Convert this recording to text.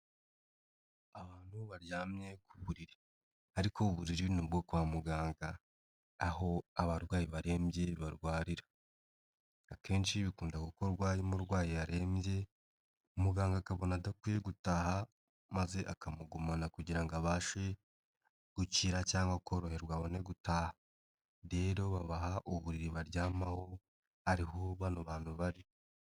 Abantu baryamye ku buriri, ariko uburiri ni ubwo kwa muganga, aho abarwayi barembye barwarira, akenshi bikunda gukorwa iyo umurwayi yarembye, muganga akabona adakwiye gutaha maze akamugumana kugira ngo abashe gukira cyangwa koroherwa abone gutaha, rero babaha uburiri baryamaho, ari ho bano bantu bari.